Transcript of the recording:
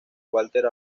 walter